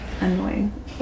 Annoying